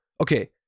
okay